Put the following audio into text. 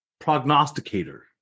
prognosticator